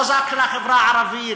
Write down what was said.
לא רק של החברה הערבית,